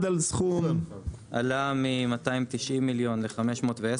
עלה מ-290 מיליון ל-510.